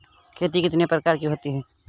खेती कितने प्रकार की होती है?